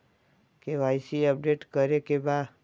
KYC update करे के बा?